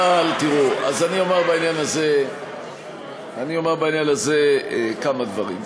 אבל תראו, אני אומר בעניין הזה כמה דברים.